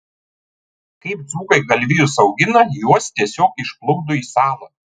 kaip dzūkai galvijus augina juos tiesiog išplukdo į salą